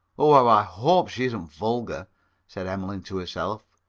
oh, how i hope she isn't vulgar said emmeline to herself.